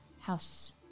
House